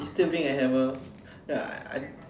you still bring a hammer I I